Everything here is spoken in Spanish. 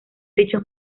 dichos